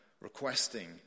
requesting